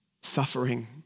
Suffering